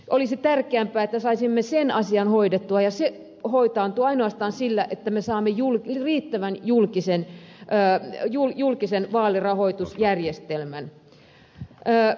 olisi tärkeämpää että saisimme sen asian hoidettua ja se hoitaantuu ainoastaan sillä että me saamme riittävän julkisen vaalirahoitusjärjestelmän